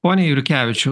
pone jurkevičiau